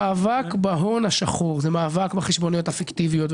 המאבק בהון השחור הוא מאבק בחשבוניות הפיקטיביות.